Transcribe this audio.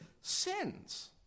sins